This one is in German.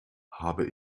habe